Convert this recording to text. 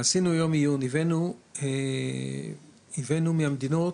עשינו יום עיון, הבאנו מהמדינות